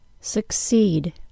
succeed